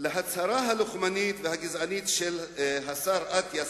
להצהרה הלוחמנית והגזענית של השר אטיאס